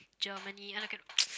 Germany I like can